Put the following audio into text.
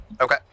Okay